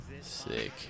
Sick